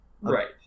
right